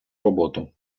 роботу